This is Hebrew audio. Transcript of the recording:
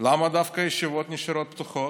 למה דווקא הישיבות נשארות פתוחות?